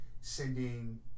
sending